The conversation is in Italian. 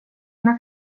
una